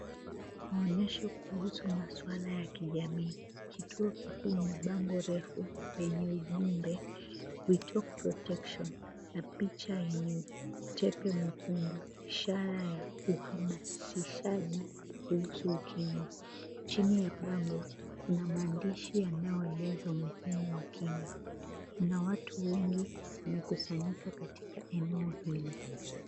Maonyesho kuhusu masuala ya kijamii kituo kikuu ni bango refu yenye ujumbe, We talk protection , na picha yenye chepe mwekundu, ishara ya uhamasishaji kuhusu ukimwi. Chini ya bango kuna maandishi yanayoeleza umuhimu wa kinga. Kuna watu wengi wamekusanyika katika eneo hili.